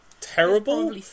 terrible